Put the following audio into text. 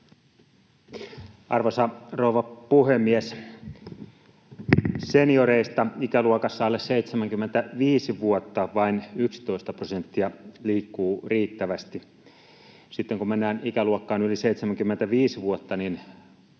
Arvoisa rouva puhemies! Senioreista ikäluokassa alle 75 vuotta vain 11 prosenttia liikkuu riittävästi. Sitten kun mennään ikäluokkaan yli 75 vuotta, luku